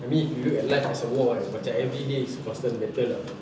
I mean if you look at life as a war kan macam everyday is a constant battle ah